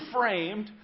framed